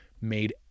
made